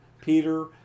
Peter